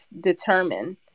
determine